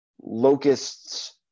locusts